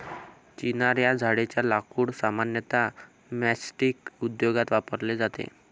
चिनार या झाडेच्या लाकूड सामान्यतः मैचस्टीक उद्योगात वापरले जाते